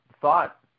thought